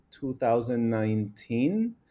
2019